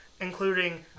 including